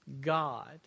God